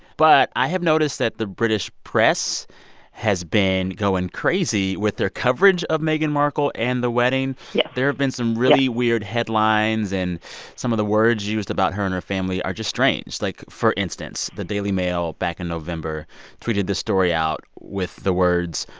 but i have noticed that the british press has been going crazy with their coverage of meghan markle and the wedding yes, yes there have been some really weird headlines. and some of the words used about her and her family are just strange. like, for instance, the daily mail back in november tweeted this story out with the words,